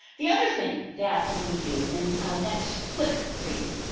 the other thing that i want to do, and next click please,